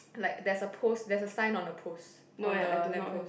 like there's a post there's a sign on the post on the lamp post